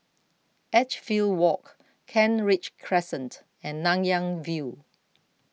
Edgefield Walk Kent Ridge Crescent and Nanyang View